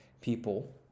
people